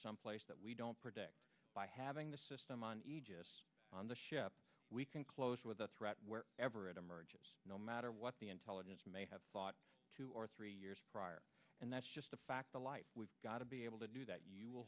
some place that we don't predict by having the system on yes on the ship we can close with the threat where ever it emerges no matter what the intelligence may have thought two or three years prior and that's just a fact the life we've got to be able to do that you will